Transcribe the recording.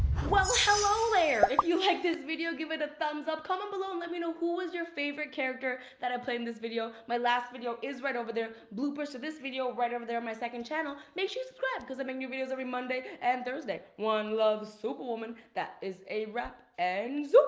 well hello there! if you liked this video, give it a thumbs up! comment below and let me know who was your favorite character that i played in this video. my last video is right over there, bloopers to this video right over there on my second channel. make sure you subscribe cause i make new videos every monday and thursday. one love, superwoman. that is a wrap and